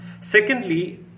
Secondly